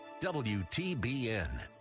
WTBN